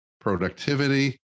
productivity